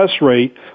rate